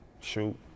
shoot